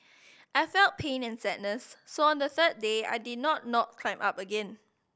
I felt pain and sadness so on the third day I did not not climb up again